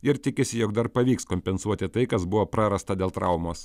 ir tikisi jog dar pavyks kompensuoti tai kas buvo prarasta dėl traumos